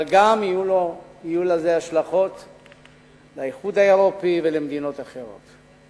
אבל גם יהיו לזה השלכות על האיחוד האירופי ומדינות אחרות.